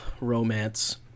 romance